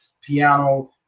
piano